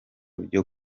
byo